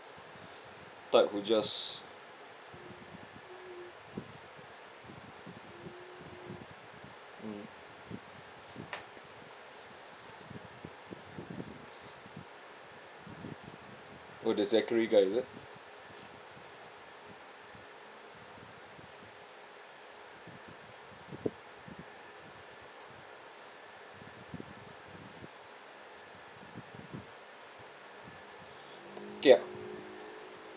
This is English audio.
type who just mm oh that zachary guy is it kay ah